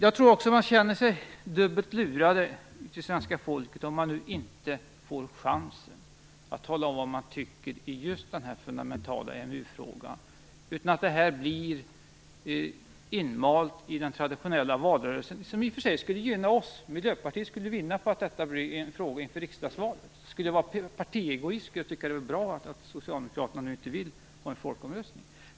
Jag tror också att svenska folket känner sig dubbelt lurat om man nu inte får chansen att tala om vad man tycker i den fundamentala EMU-frågan. Om denna fråga blev inmald i den traditionella valrörelsen skulle det i och för sig gynna oss. Miljöpartiet skulle vinna på att detta blev en fråga inför riksdagsvalet. Om jag vore partiegoist skulle jag alltså tycka att det vore bra att socialdemokraterna inte vill ha en folkomröstning.